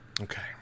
Okay